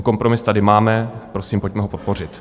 Kompromis tady máme, prosím, pojďme ho podpořit.